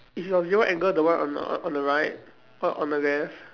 is your zero angle the one on on the right or on the left